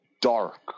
dark